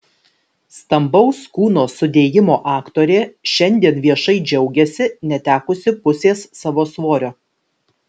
stambaus kūno sudėjimo aktorė šiandien viešai džiaugiasi netekusi pusės savo svorio